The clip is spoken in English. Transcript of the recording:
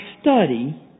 study